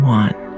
one